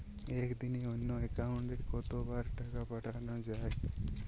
একদিনে অন্য একাউন্টে কত বার টাকা পাঠানো য়ায়?